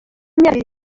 w’imyaka